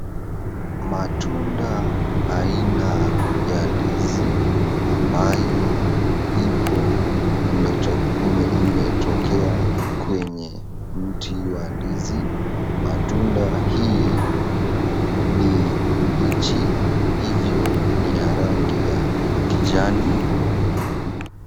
Matunda aina ya ndizi, ambayo ipo imetokea kwenye mti wa ndizi. Matunda hii ni mbichi, hivyo ni ya rangi ya kijani.